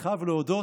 אני חייב להודות,